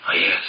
yes